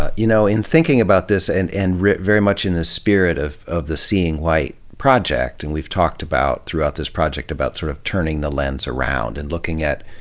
ah you know, in thinking about this, and and very much in the spirit of of the seeing white project, and we've talked about, throughout this project, about sort of turning the lens around and looking at